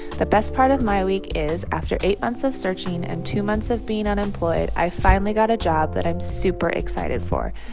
the best part of my week is, after eight months of searching and two months of being unemployed, i finally got a job that i'm super excited for.